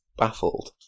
Baffled